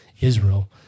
Israel